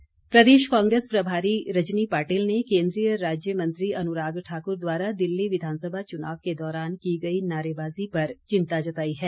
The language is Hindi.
रजनी पाटिल प्रदेश कांग्रेस प्रभारी रजनी पाटिल ने केन्द्रीय राज्य मंत्री अनुराग ठाकुर द्वारा दिल्ली विधानसभा चुनाव के दौरान की गई नारेबाजी पर चिंता जताई है